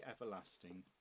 everlasting